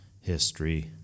history